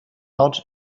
out